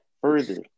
Further